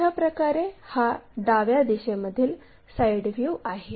अशाप्रकारे हा डाव्या दिशेमधील साईड व्ह्यू आहे